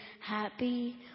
happy